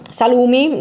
salumi